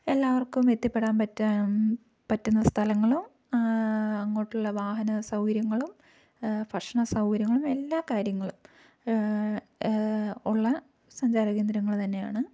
എല്ലാവർക്കും എത്തിപ്പെടാൻ പറ്റാം പറ്റുന്ന സ്ഥലങ്ങളും അങ്ങോട്ടുള്ള വാഹന സൗകര്യങ്ങളും ഭക്ഷണ സൗകര്യങ്ങളും എല്ലാ കാര്യങ്ങളും ഉള്ള സഞ്ചാരകേന്ദ്രങ്ങൾ തന്നെയാണ്